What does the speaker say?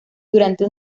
durante